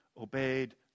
obeyed